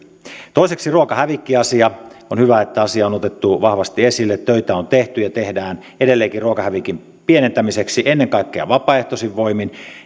toiseksi ruokahävikkiasia on hyvä että asia on otettu vahvasti esille töitä on tehty ja tehdään edelleenkin ruokahävikin pienentämiseksi ennen kaikkea vapaaehtoisin voimin